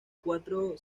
cuatro